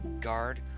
guard